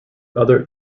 other